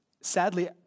Sadly